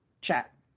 chat